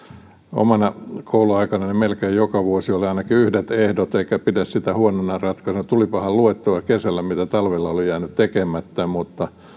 omana kouluaikanani melkein joka vuosi oli ainakin yhdet ehdot enkä pidä sitä huonona ratkaisuna tulihan luettua kesällä mitä talvella oli jäänyt tekemättä mutta